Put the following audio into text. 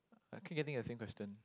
I keep getting the same question